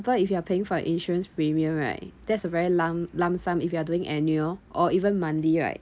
if you are paying for insurance premium right there's a very lump lump sum if you are doing annual or even monthly right